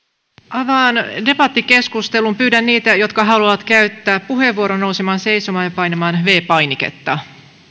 avaan debattikeskustelun pyydän niitä jotka haluavat käyttää puheenvuoron nousemaan seisomaan ja painamaan viides painiketta